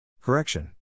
Correction